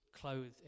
clothed